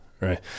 right